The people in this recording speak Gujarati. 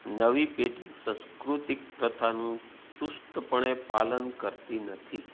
નવી પેઢી સાંસ્કૃતિક પ્રથાનું ચુસ્તપણે પાલન કરતી નથી